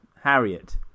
harriet